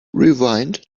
rewind